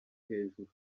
hejuru